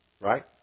right